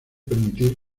permitir